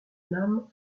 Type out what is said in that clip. nam